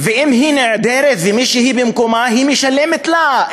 ואם היא נעדרת ומישהי במקומה, היא משלמת לה.